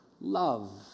love